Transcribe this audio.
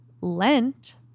Lent